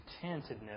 contentedness